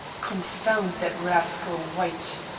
confound that rascal white,